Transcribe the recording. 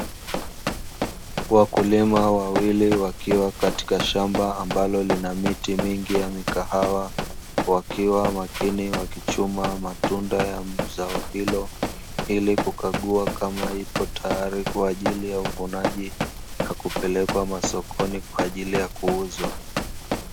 Wakulima wawili wakiwa katika shamba ambalo lina miti mingi ya mikahawa wakiwa makini, wakichuma matunda ya zao hilo ili kukagua kama ipo tayari kwa ajili ya uvunaji na kupelekwa masokoni kwa ajili ya kuuzwa.